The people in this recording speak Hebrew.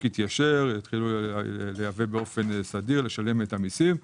יתיישר ויתחילו לייבא באופן סדיר ולשלם את המיסים.